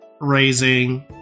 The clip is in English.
raising